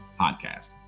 Podcast